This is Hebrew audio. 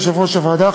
יושבת-ראש הוועדה,